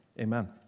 Amen